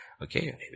Okay